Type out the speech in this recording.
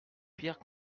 pierre